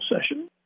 session